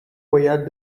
royale